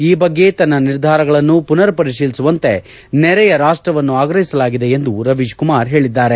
ಈ ಬಗ್ಗೆ ತನ್ನ ನಿರ್ಧಾರಗಳನ್ನು ಪುನರ್ ಪರಿತೀಲಿಸುವಂತೆ ನೆರೆಯ ರಾಷ್ಟವನ್ನು ಆಗ್ರಹಿಸಲಾಗಿದೆ ಎಂದು ರವೀಶ್ ಕುಮಾರ್ ಹೇಳಿದ್ದಾರೆ